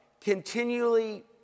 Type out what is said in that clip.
continually